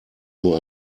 nur